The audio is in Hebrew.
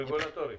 רגולטורי?